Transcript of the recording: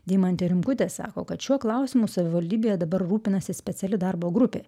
deimantė rimkutė sako kad šiuo klausimu savivaldybėje dabar rūpinasi speciali darbo grupė